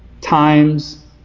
Times